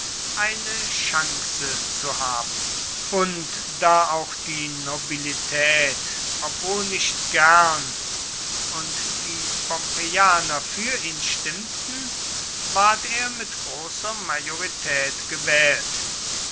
eine chance zu haben und da auch die nobilität obwohl nicht gern und die pompeianer für ihn stimmten ward er mit großer majorität gewählt